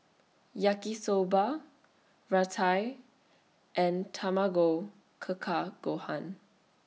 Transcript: Yaki Soba Raita and Tamago Keka Gohan